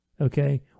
okay